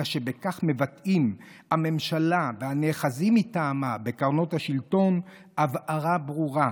אלא שבכך מבטאים הממשלה והנאחזים מטעמה בקרנות השלטון הבהרה ברורה: